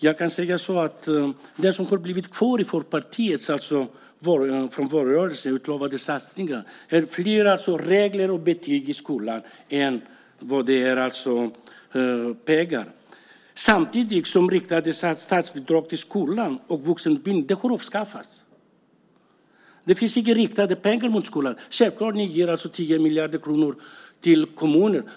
Jag kan säga att det som har blivit kvar av Folkpartiets i valrörelsen utlovade satsningar är fler regler och betyg i skolan. Det är fler sådana än vad det är pengar. Samtidigt har riktade statsbidrag till skolan och vuxenutbildningen avskaffats. Det finns inga riktade pengar till skolan. Ni ger självklart 10 miljarder kronor till kommunerna.